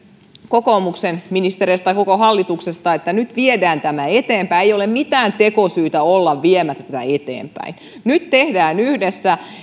kokoomuksen ministereistä tai koko hallituksesta että nyt viedään tämä eteenpäin ei ole mitään tekosyytä olla viemättä tätä eteenpäin nyt tehdään yhdessä